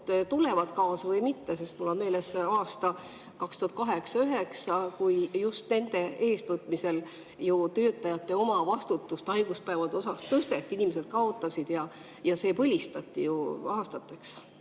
tulevad kaasa või mitte? Mul on meeles aastad 2008 ja 2009, kui just nende eestvõtmisel töötajate omavastutust haiguspäevade puhul tõsteti, inimesed kaotasid ja see põlistati ju aastateks.